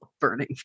burning